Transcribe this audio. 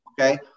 Okay